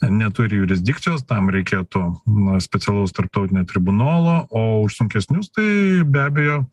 neturi jurisdikcijos tam reikėtų na specialaus tarptautinio tribunolo o už sunkesnius tai be abejo